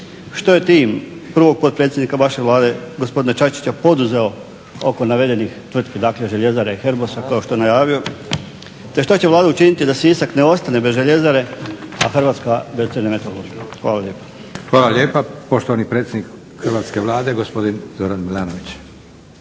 što je tim prvog potpredsjednika vaše Vlade gospodina Čačića poduzeo oko navedenih tvrtka, dakle Željezare Herbosa kao što je najavio te što će Vlada učiniti da Sisak ne ostane bez željezare, a Hrvatska bez crne metalurgije. Hvala lijepo. **Leko, Josip (SDP)** Hvala lijepa. Poštovani predsjednik hrvatske Vlade gospodin Zoran Milanović.